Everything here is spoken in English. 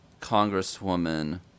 congresswoman